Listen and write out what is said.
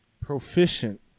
proficient